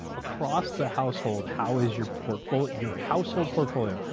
across the household, how is your portfolio, your household portfolio,